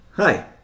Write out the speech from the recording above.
Hi